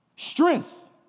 Strength